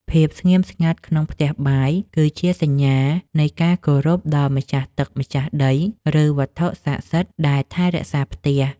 ភាពស្ងៀមស្ងាត់ក្នុងផ្ទះបាយគឺជាសញ្ញានៃការគោរពដល់ម្ចាស់ទឹកម្ចាស់ដីឬ វត្ថុស័ក្តិសិទ្ធិដែលថែរក្សាផ្ទះ។